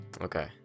Okay